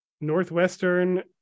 Northwestern